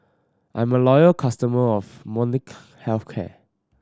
I'm a loyal customer of Molnylcke Health Care